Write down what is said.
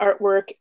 artwork